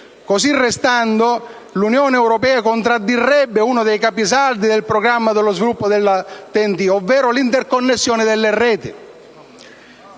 Così restando, l'Unione europea contraddirebbe uno dei capisaldi del programma di sviluppo delle Ten-T, ovvero l'interconnessione delle reti;